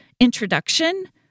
introduction